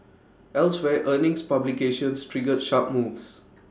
elsewhere earnings publications triggered sharp moves